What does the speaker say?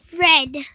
Red